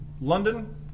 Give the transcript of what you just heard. London